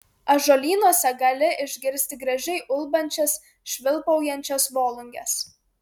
ąžuolynuose gali išgirsti gražiai ulbančias švilpaujančias volunges